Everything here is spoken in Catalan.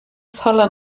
sola